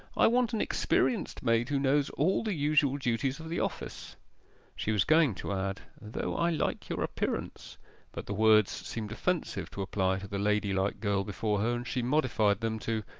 i want an experienced maid who knows all the usual duties of the office she was going to add, though i like your appearance but the words seemed offensive to apply to the ladylike girl before her, and she modified them to,